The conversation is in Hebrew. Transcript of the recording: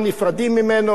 הוא עומד בפתח,